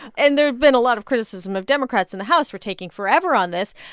and there have been a lot of criticism of democrats in the house for taking forever on this.